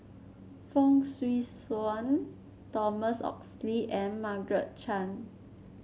Fong Swee Suan Thomas Oxley and Margaret Chan